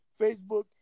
Facebook